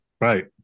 Right